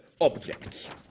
objects